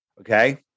Okay